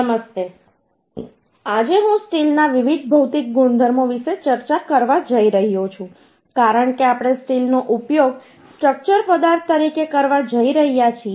નમસ્તે આજે હું સ્ટીલના વિવિધ ભૌતિક ગુણધર્મો વિશે ચર્ચા કરવા જઈ રહ્યો છું કારણ કે આપણે સ્ટીલનો ઉપયોગ સ્ટ્રક્ચર પદાર્થ તરીકે કરવા જઈ રહ્યા છીએ